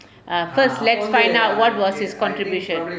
err first let's find out what was his contribution